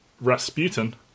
Rasputin